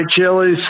chilies